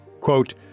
Quote